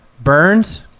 Burns